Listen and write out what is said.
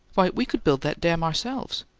why, we could build that dam ourselves!